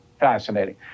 fascinating